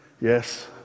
Yes